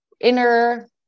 inner